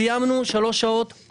סיימנו שלוש שעות.